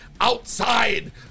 outside